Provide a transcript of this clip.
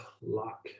Luck